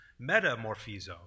metamorphizo